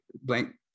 blank